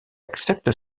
accepte